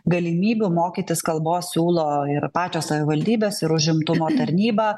galimybių mokytis kalbos siūlo ir pačios savivaldybės ir užimtumo tarnyba